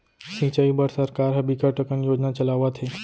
सिंचई बर सरकार ह बिकट अकन योजना चलावत हे